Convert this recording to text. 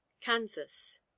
Kansas